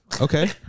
Okay